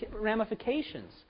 ramifications